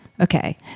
okay